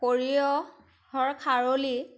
সঁৰিয়হৰ খাৰলি